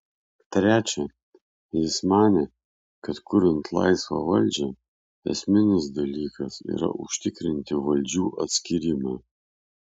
trečia jis manė kad kuriant laisvą valdžią esminis dalykas yra užtikrinti valdžių atskyrimą